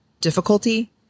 difficulty